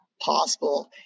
possible